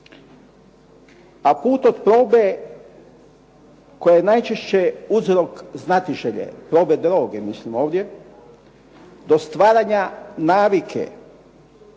razumije./… koja je najčešće uzrok znatiželje, problem droge mislim ovdje do stvaranja navike